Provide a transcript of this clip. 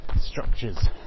structures